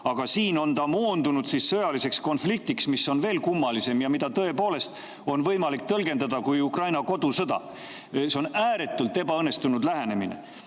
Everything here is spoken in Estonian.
Aga siin on ta moondunud "sõjaliseks konfliktiks", mis on veel kummalisem ja mida tõepoolest on võimalik tõlgendada kui Ukraina kodusõda. See on ääretult ebaõnnestunud lähenemine.